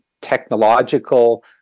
technological